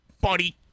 Buddy